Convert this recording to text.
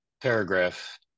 paragraph